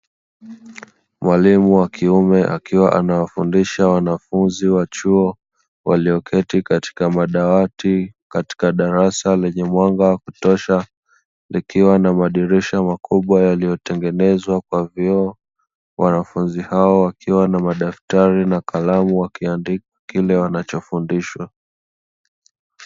Mwalimu wa kiume akiwa anawafundisha Wanafunzi wa chuo walioketi katika madawati katika darasa lenye mwanga wa kutosha, likiwa na madirisha makubwa yaliyo tengenezwa kwa vioo; Wanafunzi hao wakiwa na madaftari na kalamu wakiandika kile wanachofundishwa.